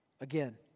again